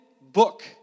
book